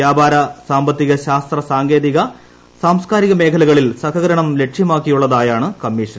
വ്യാപാര സാമ്പത്തിക ശാസ്ത്ര സാങ്കേതിക സാംസ്കാരിക മേഖലകളിൽ സഹകരണം ലക്ഷ്യമാക്കിയുള്ളതാണ് കമ്മീഷൻ